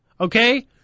Okay